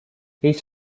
his